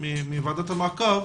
מוועדת המעקב,